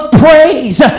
praise